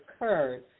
occurred